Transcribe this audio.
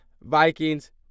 Vikings